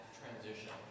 transition